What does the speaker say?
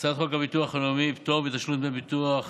הצעת חוק הביטוח הלאומי (הוראת שעה, נגיף הקורונה